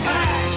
Back